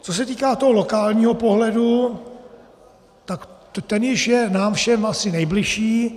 Co se týká toho lokálního pohledu, tak ten již je nám všem asi nejbližší.